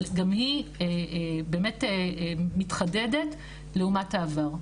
אבל גם היא באמת מתחדדת לעומת העבר.